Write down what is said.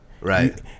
Right